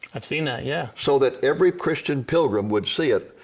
i've seen that, yeah. so, that every christian pilgrim would see it.